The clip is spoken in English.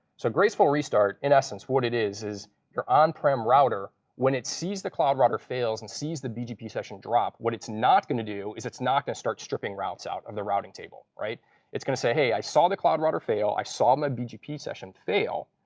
so graceful restart in essence, what it is your your on-prem router when it sees the cloud router fails and sees the bgp session drop, what it's not going to do is it's not going to start stripping routes out of the routing table. it's going to say, hey, i saw the cloud router fail. i saw my bgp session fail.